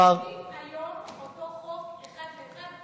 החוק שלי מהיום הוא אותו חוק, אחד לאחד.